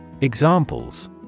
Examples